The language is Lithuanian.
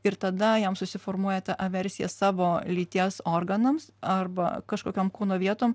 ir tada jam susiformuoja ta aversija savo lyties organams arba kažkokiom kūno vietom